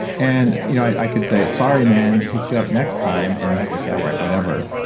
and you know i could say, sorry, man. hit you up next time, and he's like, yeah, right. whatever.